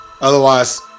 Otherwise